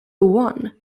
one